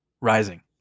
rising